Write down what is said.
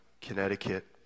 Connecticut